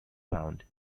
pound